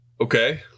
Okay